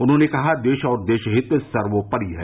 उन्होंने कहा कि देश और देश हित सर्वोपरि है